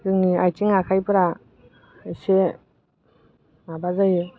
जोंनि आइथिं आखाइफोरा एसे माबा जायो